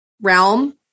realm